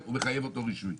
הוא מחייב אותו רישוי.